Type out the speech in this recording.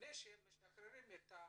שלפני שמשחררים את המשכנתא,